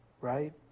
Right